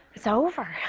it's over.